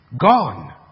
Gone